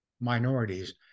minorities